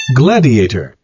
gladiator